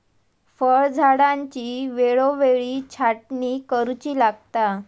फळझाडांची वेळोवेळी छाटणी करुची लागता